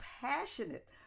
passionate